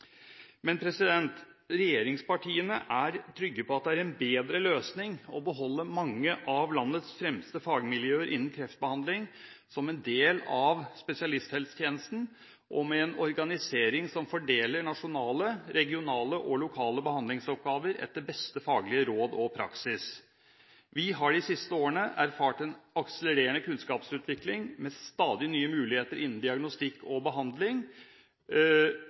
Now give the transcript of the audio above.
Regjeringspartiene er trygge på at det er en bedre løsning å beholde mange av landets fremste fagmiljøer innen kreftbehandling som en del av spesialisthelsetjenesten, og med en organisering som fordeler nasjonale, regionale og lokale behandlingsoppgaver etter beste faglige råd og praksis. Vi har de siste årene erfart en akselererende kunnskapsutvikling med stadig nye muligheter innen diagnostikk og behandling,